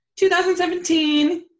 2017